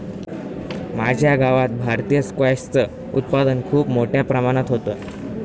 माझ्या गावात भारतीय स्क्वॅश च उत्पादन खूप मोठ्या प्रमाणात होतं